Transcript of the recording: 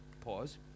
pause